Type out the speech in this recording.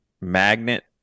magnet